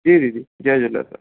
जी दीदी जय झूलेलाल